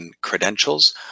credentials